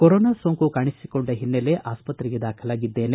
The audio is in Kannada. ಕೊರೊನಾ ಸೋಂಕು ಕಾಣಿಸಿಕೊಂಡ ಹಿನ್ನೆಲೆ ಆಸ್ತತ್ರೆಗೆ ದಾಖಲಾಗಿದ್ದೇನೆ